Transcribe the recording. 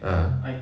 a'ah